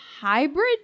hybrid